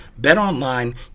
BetOnline